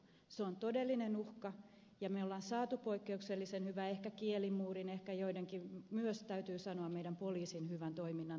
se on todellinen uhka ja me olemme saaneet poikkeuksellisen hyvän suojan ehkä kielimuurin myös täytyy sanoa meidän poliisin hyvän toiminnan takia